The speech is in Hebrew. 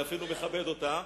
אני אפילו מכבד אותה.